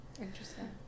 Interesting